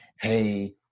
hey